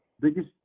biggest